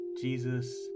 Jesus